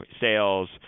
sales